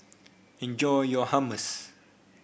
enjoy your Hummus